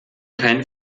keinen